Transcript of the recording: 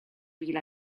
fil